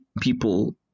people